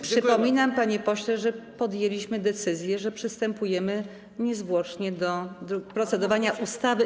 Przypominam, panie pośle, że podjęliśmy decyzję, że przystępujemy niezwłocznie do procedowania nad projektem ustawy.